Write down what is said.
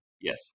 yes